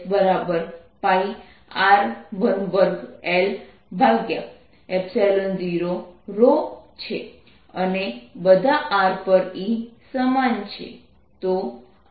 અને બધા R પર E સમાન છે